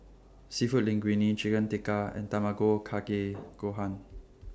Seafood Linguine Chicken Tikka and Tamago Kake Gohan